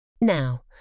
Now